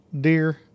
deer